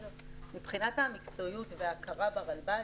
מבחינת המקצועיות וההכרה ברלב"ד,